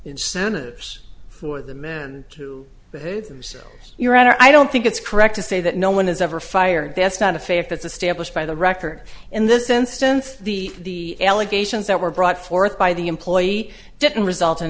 incentives for the men to behave themselves your honor i don't think it's correct to say that no one has ever fired that's not a fact that's established by the record in this instance the allegations that were brought forth by the employee didn't result in